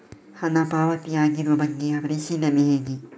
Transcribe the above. ಹಣ ಪಾವತಿ ಆಗಿರುವ ಬಗ್ಗೆ ಪರಿಶೀಲನೆ ಹೇಗೆ?